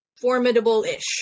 formidable-ish